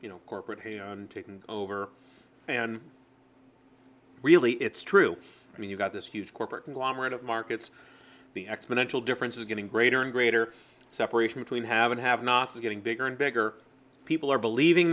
you know corporate have taken over and really it's true i mean you've got this huge corporate conglomerate of markets the exponential difference is getting greater and greater separation between have and have nots is getting bigger and bigger people are believing